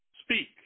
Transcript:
speak